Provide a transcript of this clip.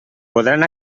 podran